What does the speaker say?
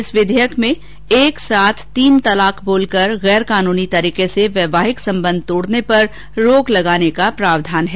इस विधेयक में एक साथ तीन तलाक बोलकर गैर कानूनी तरीके से वैवाहिक संबंध तोड़ने पर रोक लगाने का प्रावधान है